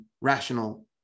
rational